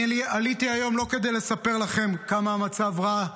עליתי היום לא כדי לספר לכם כמה המצב רע,